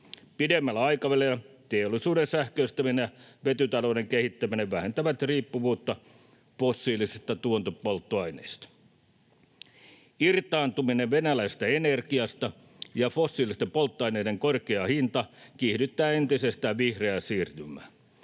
Pidemmällä aikavälillä teollisuuden sähköistäminen ja vetytalouden kehittäminen vähentävät riippuvuutta fossiilisista tuontipolttoaineista. Irtaantuminen venäläisestä energiasta ja fossiilisten polttoaineiden korkea hinta kiihdyttävät entisestään vihreää siirtymää.